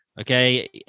Okay